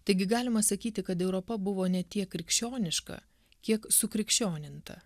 taigi galima sakyti kad europa buvo ne tiek krikščioniška kiek sukrikščioninta